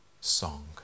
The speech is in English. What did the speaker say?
song